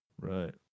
Right